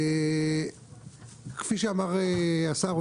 כפי שאמר השר,